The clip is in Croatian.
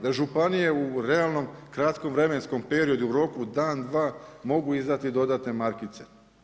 Da županije u realnom kratkom vremenskom periodu, u roku dan, dva mogu izdati dodatne markice.